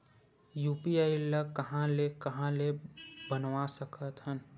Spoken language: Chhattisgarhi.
यू.पी.आई ल कहां ले कहां ले बनवा सकत हन?